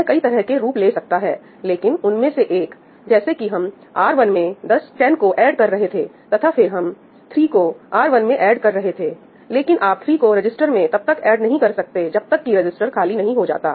यह कई तरह के रूप ले सकता है लेकिन उनमें से एक जैसे कि हम R1 में 10 को ऐड कर रहे थे तथा फिर हम 3 को R1 में ऐड कर रहे थे लेकिन आप 3 को रजिस्टर में तब तक ऐड नहीं कर सकते जब तक कि रजिस्टर खाली नहीं हो जाता